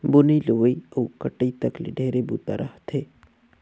बुनई, लुवई अउ कटई तक ले ढेरे बूता रहथे